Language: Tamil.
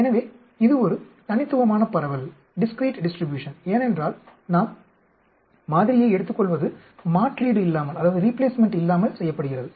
எனவே இது ஒரு தனித்துவமான பரவல் ஏனென்றால் நாம் மாதிரியை எடுத்துக்கொள்வது மாற்றீடு இல்லாமல் செய்யப்படுகிறது